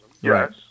Yes